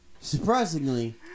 Surprisingly